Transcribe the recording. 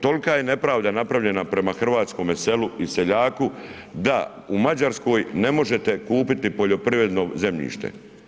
Tolika je nepravda napravljena prema hrvatskom selu i seljaku da u Mađarskoj ne može kupiti poljoprivredno zemljište.